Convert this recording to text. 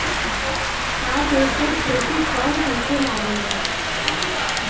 अब एकर खेती कम होखे लागल बा